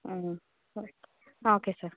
ಹ್ಞೂ ಹಾಂ okay sir